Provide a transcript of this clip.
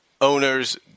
owner's